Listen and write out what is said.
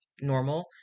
normal